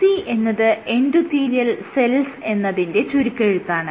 EC എന്നത് endothelial cells എന്നതിന്റെ ചുരുക്കെഴുത്താണ്